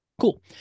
Cool